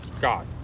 God